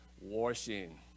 washing